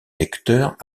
lecteurs